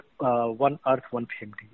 one-earth-one-family